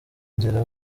nzira